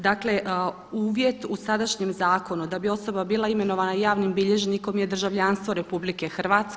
Dakle, uvjet u sadašnjem zakonu da bi osoba bila imenovana javnim bilježnikom je državljanstvo RH.